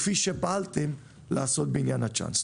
כפי שפעלתם לעשות בעניין הצ'אנס.